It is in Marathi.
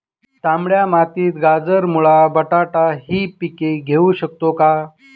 तांबड्या मातीत गाजर, मुळा, बटाटा हि पिके घेऊ शकतो का?